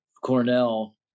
Cornell